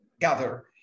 gather